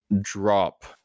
drop